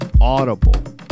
audible